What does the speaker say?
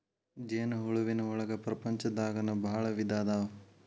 ಜೇನ ಹುಳುವಿನ ಒಳಗ ಪ್ರಪಂಚದಾಗನ ಭಾಳ ವಿಧಾ ಅದಾವ